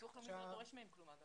ביטוח לאומי לא דורש מהם כלום.